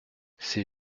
ses